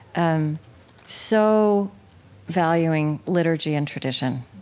um so valuing liturgy and tradition.